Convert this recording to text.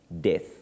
death